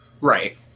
Right